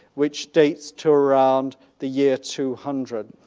which dates to around the year two hundred.